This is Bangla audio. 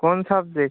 কোন সাবজেক্ট